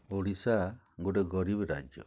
ଓଡ଼ିଶା ଗୁଟେ ଗରିବ୍ ରାଜ୍ୟ